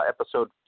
episode